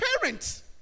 parents